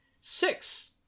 six